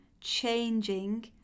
changing